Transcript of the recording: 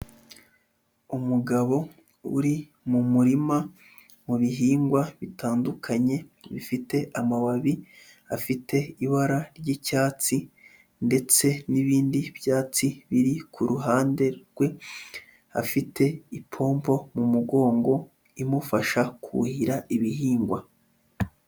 Umugabo uri mu murima mu bihingwa bitandukanye, bifite amababi afite ibara ry'icyatsi ndetse n'ibindi byatsi biri ku ruhande rwe, afite ipompo mu mugongo imufasha kuhira ibihingwa.